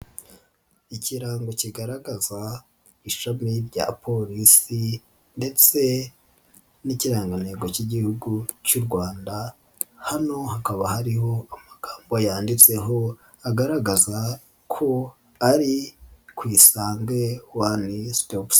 Ikirango kigaragaza ishami rya polisi ndetse n'ikirangantego cy'Igihugu cy'u Rwanda hano hakaba hariho amagambo yanditseho agaragaza ko ari ku Iyisange one stop center.